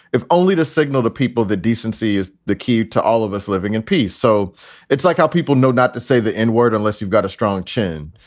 if only to signal to people that decency is the key to all of us living in peace. so it's like how people know not to say the n-word unless you've got a strong chin.